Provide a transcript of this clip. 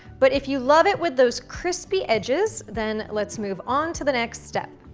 but if you love it with those crispy edges, then, let's move on to the next step.